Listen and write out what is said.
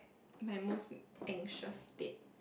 my most anxious state